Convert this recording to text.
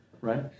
Right